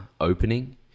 opening